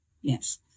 yes